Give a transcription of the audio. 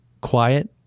quiet